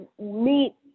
meet